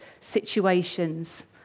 situations